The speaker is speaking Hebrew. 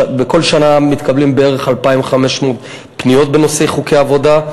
1. בכל שנה מתקבלות בערך 2,500 פניות בנושא חוקי עבודה.